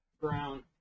Brown